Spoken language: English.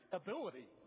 ability